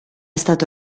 stato